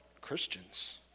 Christians